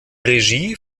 regie